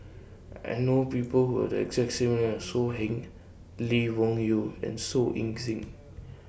I know People Who Have The exact same name as So Heng Lee Wung Yew and Su Ing Sing